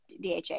DHA